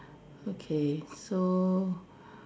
okay so